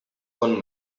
con